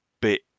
bit